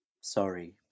sorry